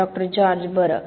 डॉ George बरं